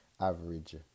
average